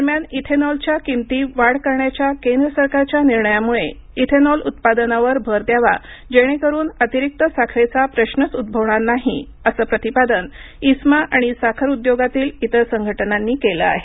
दरम्यान इथेनॉलच्या किमतीत वाढ करण्याच्या केंद्रसरकारच्या निर्णयामुळे इथेनॉल उत्पादनावर भर द्यावा जेणेकरून अतिरिक्त साखरेचा प्रश्नच उद्भवणार नाही असं प्रतिपादन इस्मा आणि साखर द्योगातील इतर संघटनांनी केलं आहे